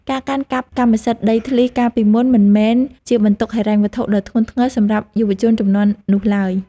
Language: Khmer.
ការកាន់កាប់កម្មសិទ្ធិដីធ្លីកាលពីមុនមិនមែនជាបន្ទុកហិរញ្ញវត្ថុដ៏ធ្ងន់ធ្ងរសម្រាប់យុវជនជំនាន់នោះឡើយ។